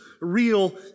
real